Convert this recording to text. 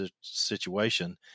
situation